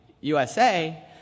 USA